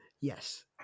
Yes